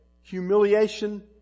humiliation